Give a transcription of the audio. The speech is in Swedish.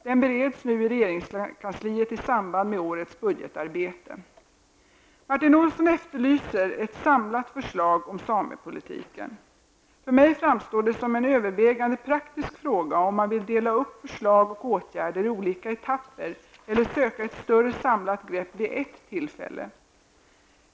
Den bereds nu i regeringskansliet i samband med årets budgetarbete. Martin Olsson efterlyser ett samlat förslag om samepolitiken. För mig framstår det som en övervägande praktisk fråga om man vill dela upp förslag och åtgärder i olika etapper eller söka ett större samlat grepp vid ett tillfälle.